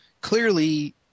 clearly